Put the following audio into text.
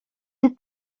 the